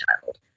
child